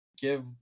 give